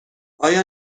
آیا